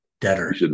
debtor